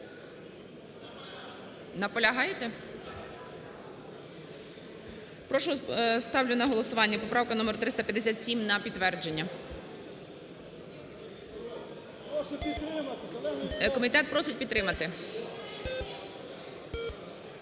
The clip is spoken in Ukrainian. Наполягаєте? Прошу, ставлю на голосування поправку номер 357 на підтвердження. Комітет просить підтримати.